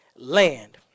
land